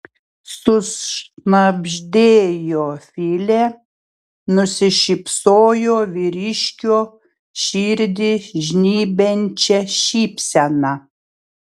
sušnabždėjo filė nusišypsojo vyriškio širdį žnybiančia šypsena